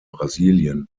brasilien